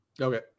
Okay